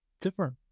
different